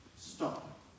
stop